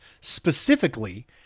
specifically